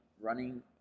running